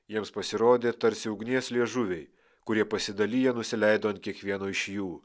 jiems pasirodė tarsi ugnies liežuviai kurie pasidaliję nusileido ant kiekvieno iš jų